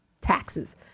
taxes